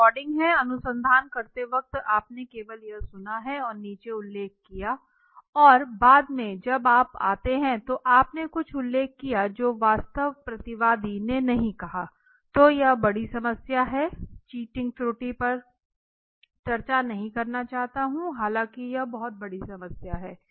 अब रिकॉर्डिंग है अनुसंधान करते वक्त आपने केवल यह सुना है और नीचे उल्लेख किया और बाद में जब आप आते हैं तो आप ने कुछ उल्लेख किया जो वास्तव प्रतिवादी ने नहीं कहा तो यह बड़ी समस्या है चीटिंग त्रुटि पर चर्चा नहीं करना चाहते हूँ हालांकि यह बहुत बड़ी समस्या हैं